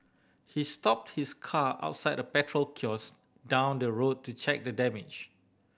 he stopped his car outside a petrol kiosk down the road to check the damage